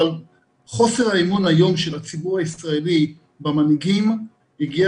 אבל חוסר האמון היום של הציבור הישראלי במנהיגים הגיע